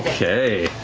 okay.